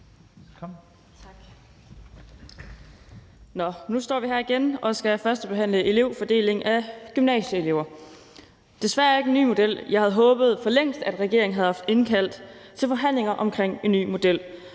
nu står vi her igen og skal førstebehandle et forslag om fordeling af gymnasieelever. Desværre er det ikke en ny model. Jeg havde håbet, at regeringen for længst havde indkaldt til forhandlinger om en ny model,